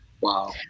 Wow